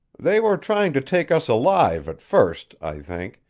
they were trying to take us alive at first, i think,